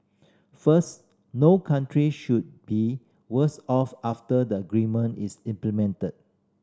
first no country should be worse off after the agreement is implemented